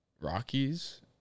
Rockies